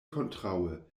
kontraŭe